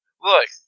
Look